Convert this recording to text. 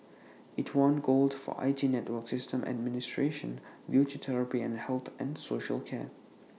IT won gold for I T network systems administration beauty therapy and health and social care